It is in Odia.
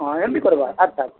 ହଁ ଏମିତି କର୍ବା ଆଚ୍ଛା ଆଚ୍ଛା